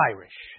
Irish